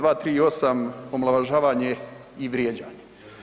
238. omalovažavanje i vrijeđanje.